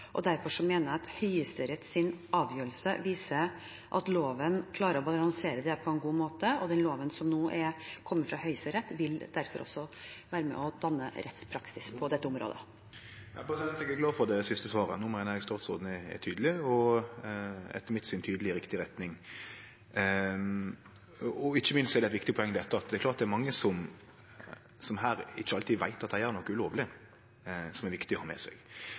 Derfor mener jeg at Høyesteretts avgjørelse viser at loven klarer å balansere det på en god måte, og den kjennelsen som nå er kommet fra Høyesterett, vil derfor også være med på å danne rettspraksis på dette området. Eg er glad for det siste svaret. No meiner eg at statsråden er tydeleg og – etter mitt syn – tydeleg i riktig retning. Ikkje minst er det eit viktig poeng å ha med seg her at det er mange som ikkje alltid veit at dei gjer noko ulovleg. Men eg vil følgje eit siste spor, som